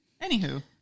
Anywho